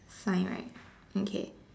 sign right okay